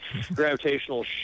gravitational